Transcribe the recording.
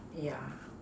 yeah